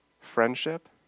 friendship